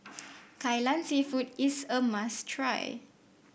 Kai Lan seafood is a must try